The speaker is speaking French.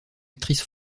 actrice